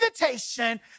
invitation